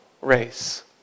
race